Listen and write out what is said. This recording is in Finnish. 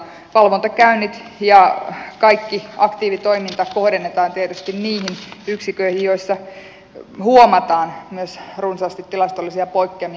valvontakäynnit ja kaikki aktiivitoiminta kohdennetaan tietysti niihin yksiköihin joissa huomataan myös runsaasti tilastollisia poikkeamia